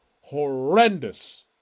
horrendous